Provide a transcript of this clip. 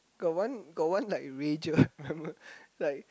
got one got one like rager remember like